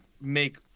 make